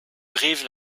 brive